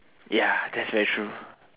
ya that's very true